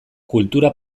kultura